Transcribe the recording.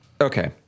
okay